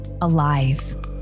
alive